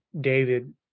David